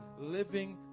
Living